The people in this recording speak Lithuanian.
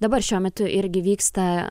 dabar šiuo metu irgi vyksta